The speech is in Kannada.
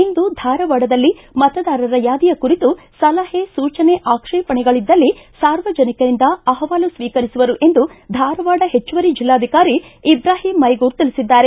ಇಂದು ಧಾರವಾಡದಲ್ಲಿ ಮತದಾರರ ಯಾದಿಯ ಕುರಿತು ಸಲಹೆ ಸೂಚನೆ ಆಕ್ಷೇಪಣೆಗಳದ್ದಲ್ಲಿ ಸಾರ್ವಜನಿಕರಿಂದ ಅಹವಾಲು ಸ್ವೀಕರಿಸುವರು ಎಂದು ಧಾರವಾಡ ಹೆಚ್ಚುವರಿ ಜೆಲ್ಲಾಧಿಕಾರಿ ಇಬ್ರಾಹಿಂ ಮೈಗೂರ ತಿಳಿಸಿದ್ದಾರೆ